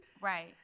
Right